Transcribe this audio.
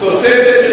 תוספת של